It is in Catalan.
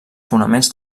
fonaments